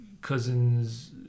cousins